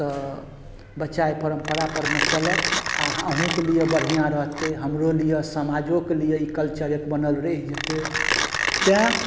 तऽ बच्चा एहि परम्परापरमे चलत आओर अहूँकेलिए बढ़िआँ रहतै हमरोलिए समाजोकेलिए ई कल्चर एक बनल रहि जेतै तेँ